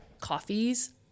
coffees